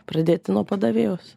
pradėti nuo padavėjos